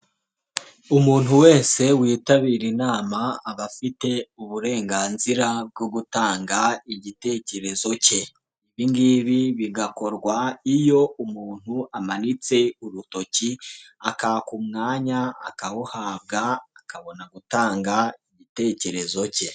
Umuntu wese witabira inama aba afite uburenganzira bwo gutanga igitekerezo cye, ibingibi bigakorwa iyo umuntu amanitse urutoki akaka umwanya akawuhabwa, akabona gutanga igitekerezo cye.